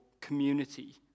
community